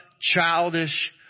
childish